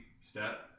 step